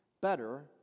better